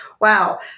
wow